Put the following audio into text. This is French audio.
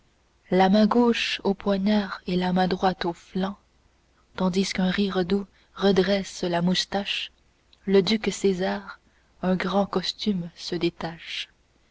la main gauche au poignard et la main droite au flanc tandis qu'un rire doux redresse la moustache le duc césar un grand costume se détache